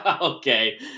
Okay